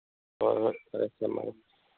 ꯍꯣꯏ ꯍꯣꯏ ꯐꯔꯦ ꯊꯝꯃꯒꯦ